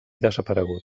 desaparegut